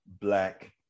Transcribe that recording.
Black